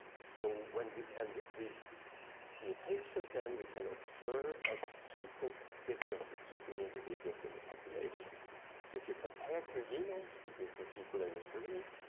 so when we, and these mutations then, we can observe as sequence differences between individuals in the population. so if you compare two genomes between two people in this room,